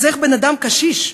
אז איך בן-אדם קשיש,